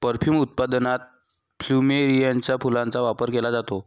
perfume उत्पादनात प्लुमेरियाच्या फुलांचा वापर केला जातो